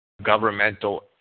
governmental